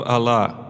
Allah